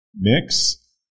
mix